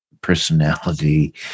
personality